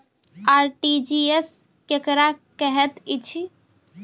RTGS केकरा कहैत अछि?